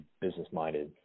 business-minded